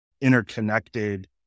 interconnected